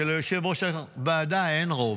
שליושב-ראש הוועדה אין רוב.